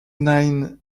nine